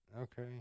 Okay